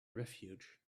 refuge